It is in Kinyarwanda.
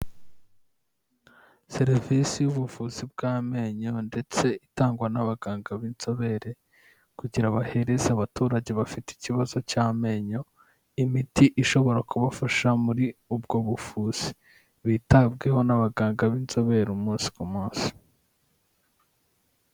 Serivisi z'ubuvuzi bw'amenyo, ndetse itangwa n'abaganga b'inzobere kugira bahereze abaturage bafite ikibazo cy'amenyo, imiti ishobora kubafasha muri ubwo buvuzi, bitabweho n'abaganga b'inzobere umunsi ku munsi.